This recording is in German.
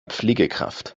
pflegekraft